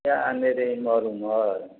किएक अनेरे इमहर उमहर